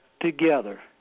together